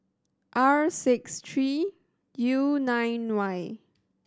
R six three U nine Y